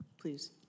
Please